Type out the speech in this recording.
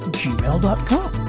gmail.com